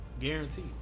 Guaranteed